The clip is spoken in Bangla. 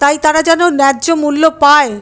তাই তারা যেন ন্যায্য মূল্য পায়